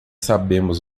sabemos